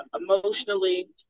emotionally